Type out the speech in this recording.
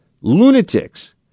lunatics